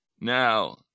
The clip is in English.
now